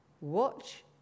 Watch